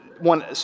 one